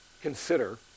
consider